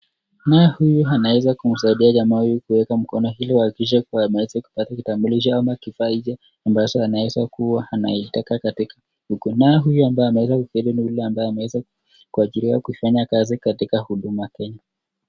Naye huyu anaweza kumsaidia jamaa huyu kuweka mkono ili ahakikishe ameweza kupata kutambulisho au kifaa hicho ambazo anawezakuwa anaitaka katika huku. Naye huyu ni yule ambaye ameweza kuajiriwa kufanya kazi katika Huduma Kenya